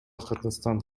кыргызстан